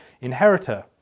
inheritor